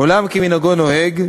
עולם כמנהגו נוהג,